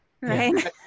Right